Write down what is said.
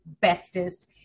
bestest